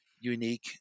unique